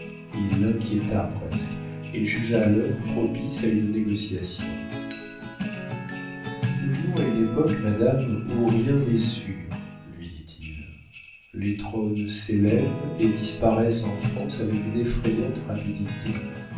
il l'inquiéta presque et jugea l'heure propice à une négociation nous vivons à une époque madame où rien n'est sûr lui dit-il les trônes s'élèvent et disparaissent en france avec une effrayante rapidité